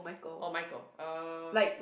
or Michael uh